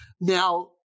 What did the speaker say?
Now